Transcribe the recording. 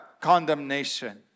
condemnation